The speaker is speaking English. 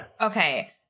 Okay